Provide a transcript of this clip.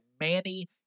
Manny